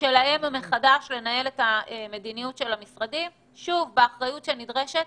שלהם מחדש לנהל את המדיניות של המשרדים באחריות הנדרשת.